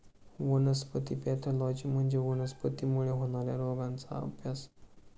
वनस्पती पॅथॉलॉजी म्हणजे वनस्पतींमुळे होणार्या रोगांचा अभ्यास